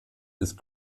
ist